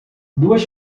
duas